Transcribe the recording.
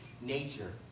nature